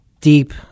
deep